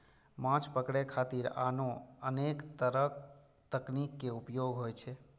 माछ पकड़े खातिर आनो अनेक तरक तकनीक के उपयोग होइ छै